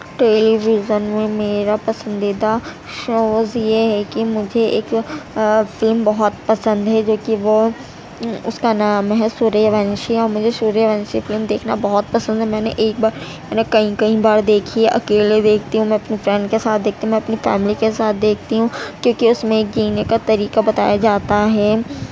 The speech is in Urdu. ٹیلی ویژن میں میرا پسندیدہ شوز یہ ہے کہ مجھے ایک فلم بہت پسند ہے جو کہ وہ اس کا نام ہے سوریہ ونشی اور مجھے سوریہ ونشی فلم دیکھنا بہت پسند ہے میں نے ایک بار میں نے کئی کئی بار دیکھی ہے اکیلے دیکھتی ہوں میں اپنے فرینڈ کے ساتھ دیکھتی ہوں میں اپنے فیملی کے ساتھ دیکھتی ہوں کیوں کہ اس میں ایک جینے کا طریقہ بتایا جاتا ہے